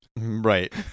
right